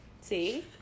see